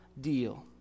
deal